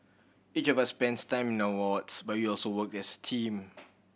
each of us spends time in our wards but you also work as a team